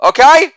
Okay